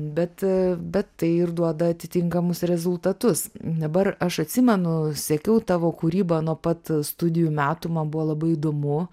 bet bet tai ir duoda atitinkamus rezultatus dabar aš atsimenu sekiau tavo kūrybą nuo pat studijų metų man buvo labai įdomu